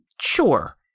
sure